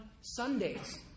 Sundays